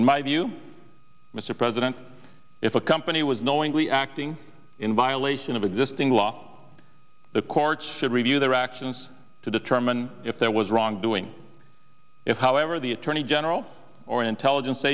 in my view mr president if a company was knowingly acting in violation of existing law the courts should review their actions to determine if there was wrongdoing if however the attorney general or intelligence